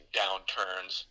downturns